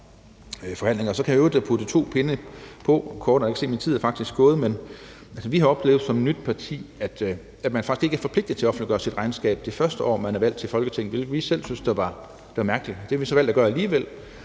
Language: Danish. forhandlinger. Så kan jeg i øvrigt putte to pinde på, kort, for jeg kan se, at min tid faktisk er gået, men vi har som et nyt parti oplevet, at man faktisk ikke er forpligtet til at offentliggøre sit regnskab det første år, man er valgt til Folketinget, hvilket vi selv synes var mærkeligt. Det har vi så valgt at gøre alligevel,